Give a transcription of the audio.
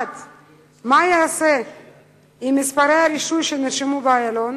1. מה ייעשה עם מספרי הרישוי שנרשמו באיילון?